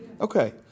Okay